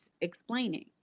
explaining